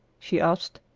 she asked.